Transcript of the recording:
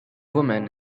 woman